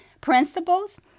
principles